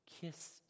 kissed